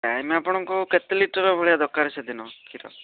କାହିଁକିନା ଆପଣଙ୍କୁ କେତେ ଲିଟର ଭଳିଆ ଦରକାର ସେଦିନ କେତେ